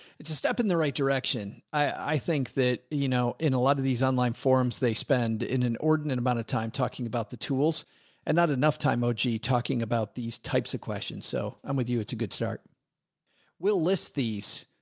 it's a step in the right direction. i think that, you know, in a lot of these online forums, they spend in an ordinate amount of time talking about the tools and not enough time og talking about these types of questions. so i'm with you. it's a good start we'll list these.